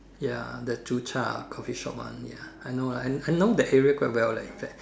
ya the Joo Chiat Coffee shop one ya I know lah I know that area quite well leh in fact